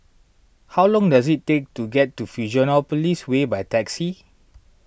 how long does it take to get to Fusionopolis Way by taxi